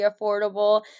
affordable